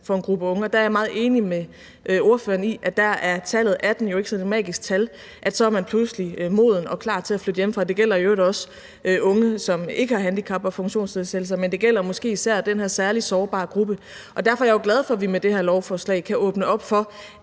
for en gruppe unge. Og der er jeg meget enig med ordføreren i, at der er tallet 18 jo ikke sådan et magisk tal; at så er man pludselig moden og klar til at flytte hjemmefra. Det gælder jo i øvrigt også unge, som ikke har handicap og funktionsnedsættelser. Men det gælder måske især den her særlig sårbare gruppe, og derfor er jeg jo glad for, at vi med det her lovforslag kan åbne op for,